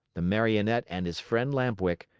the marionette and his friend, lamp-wick,